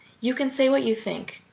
you can say what you think,